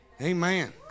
Amen